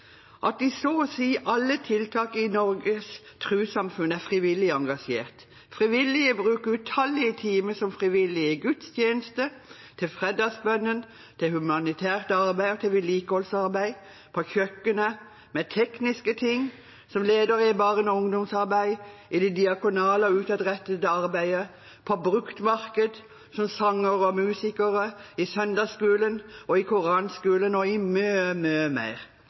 at i så å si alle tiltak i Norges trossamfunn er frivillige engasjert. Frivillige bruker utallige timer som frivillig i gudstjeneste, til fredagsbønnen, til humanitært arbeid og til vedlikeholdsarbeid, på kjøkkenet, til tekniske ting, som leder i barne- og ungdomsarbeid, i det diakonale og utadrettede arbeidet, på bruktmarked, som sangere og musikere, i søndagsskolen, i koranskolen og mye, mye mer.